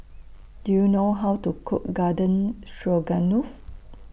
Do YOU know How to Cook Garden Stroganoff